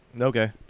okay